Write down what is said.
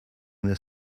their